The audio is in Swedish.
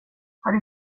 har